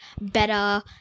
better